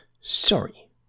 Sorry